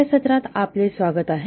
या सत्रात आपले स्वागत आहे